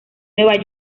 nueva